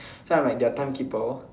so I'm like their time keeper